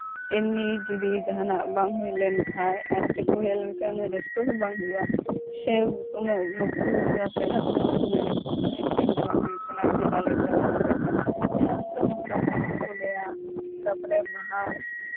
ᱮᱢᱱᱤ ᱡᱚᱫᱤ ᱡᱟᱦᱟᱱᱟᱜ ᱵᱟᱝ ᱦᱩᱭ ᱞᱮᱱᱠᱷᱟᱱ ᱟᱨ ᱪᱮᱫ ᱠᱚ ᱦᱮᱡ ᱞᱮᱱᱠᱷᱟᱱ ᱟᱨ ᱪᱮᱫ ᱠᱚ ᱦᱮᱡ ᱞᱮᱱᱠᱷᱟᱱ ᱩᱱᱟᱹᱜ ᱨᱟᱹᱥᱠᱟᱹ ᱦᱚᱸ ᱵᱟᱝ ᱦᱩᱭᱩᱜᱼᱟ ᱥᱮ ᱩᱱᱟᱹᱜ ᱵᱟᱠᱚ ᱢᱮᱱᱟᱠᱚ ᱢᱮᱱᱟ ᱦᱮᱸ ᱪᱮᱫ ᱦᱚᱸ ᱵᱟᱝ ᱦᱩᱭᱩᱜ ᱠᱟᱱᱟ ᱪᱮᱫᱟᱞᱮ ᱪᱟᱞᱟᱣ ᱠᱟᱛᱮᱜ ᱫᱚ ᱞᱟᱹᱭᱟ ᱛᱟᱨᱯᱚᱨᱮ ᱵᱟᱦᱟ